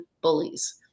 Bullies